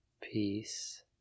peace